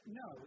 no